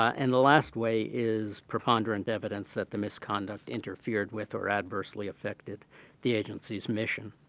and the last way is preponderant evidence that the misconduct interfered with or adversely affected the agency's mission.